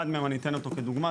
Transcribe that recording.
אחד מהם אני אתן אותו כדוגמה,